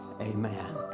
Amen